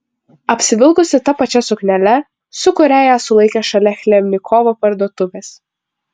apsivilkusi ta pačia suknele su kuria ją sulaikė šalia chlebnikovo parduotuvės